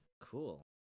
Cool